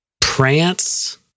Prance